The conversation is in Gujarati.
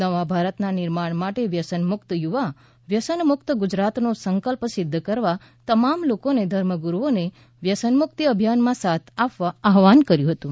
નવા ભારતના નિર્માણ માટે વ્યસનમુકત યુવા વ્યસનમુકત ગુજરાતનો સંકલ્પ સિધ્ધ કરવા તમામ લોકોને ધર્મગુરૂઓને વ્યસનમુકિત અભિયાનમાં સાથ આપવા આહવાન કર્યુ